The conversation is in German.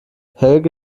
helge